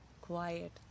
quiet